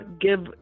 give